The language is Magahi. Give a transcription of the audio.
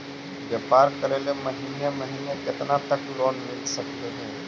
व्यापार करेल महिने महिने केतना तक लोन मिल सकले हे?